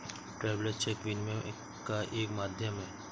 travellers cheque विनिमय का एक माध्यम है